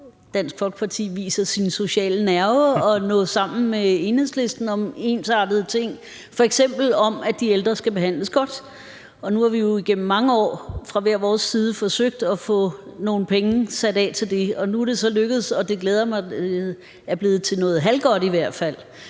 Dansk Folkeparti viser sin sociale nerve, at nå sammen med Enhedslisten om ensartede ting, f.eks. om at de ældre skal behandles godt. Nu har vi jo igennem mange år fra hver vores side forsøgt at få nogle penge sat af til det. Nu er det så lykkedes, og det glæder mig, at det er blevet til noget halvgodt i hvert fald.